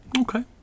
Okay